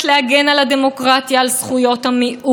ואתם היום יותר מבוקרים כי אתם בשלטון,